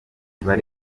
bari